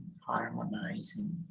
harmonizing